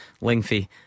lengthy